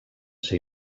ser